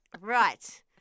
Right